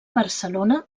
barcelona